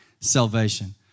salvation